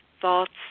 thoughts